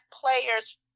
player's